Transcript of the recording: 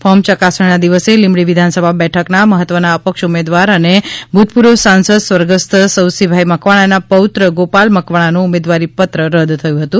form ચકાસણીના દિવસે લિંબડી વિધાનસભા બેઠકના મહત્વના અપક્ષ ઉમેદવાર અને ભૂતપૂર્વ સાંસદ સ્વર્ગસ્થ સવસીભાઇ મકવાણા પૌત્ર ગોપાલ મકવાણાનું ઉમેદવારીપત્ર રદ થયું હતું